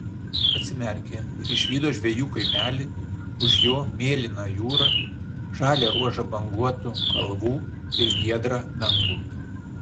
atsimerkė ir išvydo žvejų kaimelį už jo mėlyną jūrą žalią ruožą banguotų kalvų ir giedrą dangų